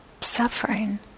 suffering